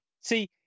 See